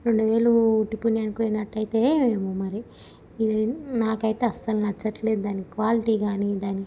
రెండు వేలు ఉట్టి పుణ్యానికి పోయినట్టవుతాయి ఏమో మరి ఇది నాకైతే అస్సలు నచ్చట్లేదు దానికి క్వాలిటీ కానీ దాని